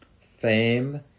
fame